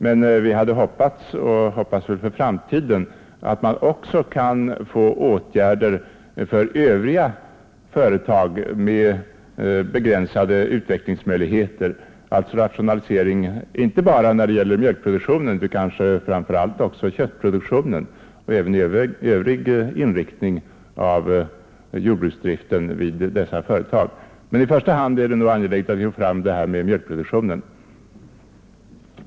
Men vi hade också hoppats och hoppas väl för framtiden på att man kan få till stånd åtgärder även för övriga lantbruksföretag med begränsade utvecklingsmöjligheter, dvs. om stöd av rationalisering inte bara av mjölkproduktionen utan också av framför allt köttproduktionen liksom av övriga grenar av jordbruksdriften inom ifrågavarande företag. Vad som i första hand är angeläget är emellertid att få till stånd förslag beträffande mjölkproduktionen.